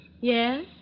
Yes